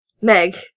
Meg